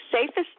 safest